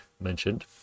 mentioned